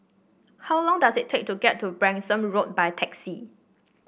how long does it take to get to Branksome Road by taxi